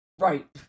Right